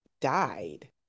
died